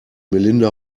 melinda